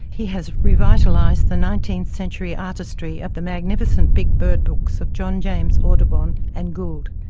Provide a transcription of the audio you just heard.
he has revitalised the nineteenth-century artistry of the magnificent big bird books of john james audubon and gould.